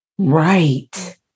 Right